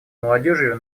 молодежью